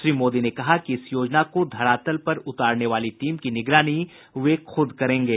श्री मोदी ने कहा कि इस योजना को धरातल पर उतारने वाली टीम की निगरानी वे खुद करेंगे